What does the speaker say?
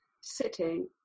sitting